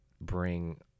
bring